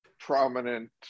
prominent